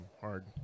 hard